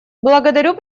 благодарю